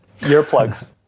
earplugs